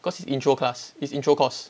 cause intro class it's intro course